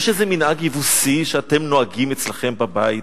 יש איזה מנהג יבוסי שאתם נוהגים אצלכם בבית?